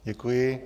Děkuji.